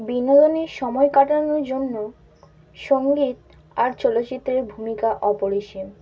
বিনোদনে সময় কাটানোর জন্য সংগীত আর চলচ্চিত্রের ভূমিকা অপরিসীম